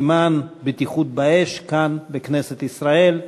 בסימן בטיחות באש, כאן, בכנסת ישראל,